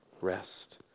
rest